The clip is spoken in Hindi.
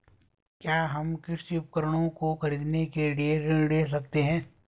क्या हम कृषि उपकरणों को खरीदने के लिए ऋण ले सकते हैं?